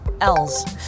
L's